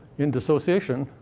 in dissociation,